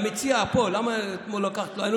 המציע פה, למה לקחת לו?